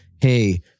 hey